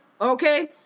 Okay